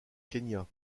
kenya